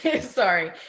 Sorry